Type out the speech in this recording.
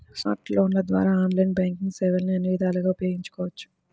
smart ఫోన్ల ద్వారా online banking సేవల్ని అన్ని విధాలుగా ఉపయోగించవచ్చు